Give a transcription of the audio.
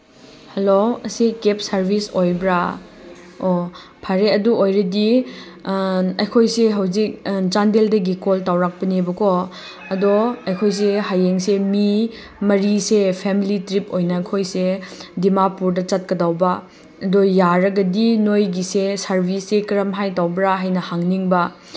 hello ꯑꯁꯤ cab service ꯑꯣꯏꯕ꯭ꯔꯥ ꯑꯣ ꯐꯔꯦ ꯑꯗꯨ ꯑꯣꯏꯔꯗꯤ ꯑꯩꯈꯣꯏꯁꯤ ꯍꯧꯖꯤꯛ ꯆꯥꯗꯦꯜꯗꯒꯤ ꯀꯣꯜ ꯇꯧꯔꯛꯄꯅꯦꯕꯀꯣ ꯑꯗꯣ ꯑꯩꯈꯣꯏꯁꯦ ꯍꯌꯦꯡꯁꯦ ꯃꯤ ꯃꯔꯤꯁꯦ ꯐꯦꯃꯤꯂꯤ ꯇ꯭ꯔꯤꯞ ꯑꯣꯏꯅ ꯑꯩꯈꯣꯏꯁꯦ ꯗꯤꯃꯥꯄꯨꯔꯗ ꯆꯠꯀꯗꯧꯕ ꯑꯗꯣ ꯌꯥꯔꯒꯗꯤ ꯅꯣꯏꯁꯦ ꯁꯔꯚꯤꯁꯁꯦ ꯀꯔꯝ ꯍꯥꯏ ꯇꯧꯕ꯭ꯔꯥ ꯍꯥꯏꯅ ꯍꯪꯅꯤꯡꯕ